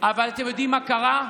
אבל אתם יודעים מה קרה?